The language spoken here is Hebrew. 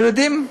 ילדים,